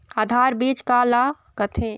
आधार बीज का ला कथें?